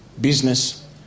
business